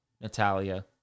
Natalia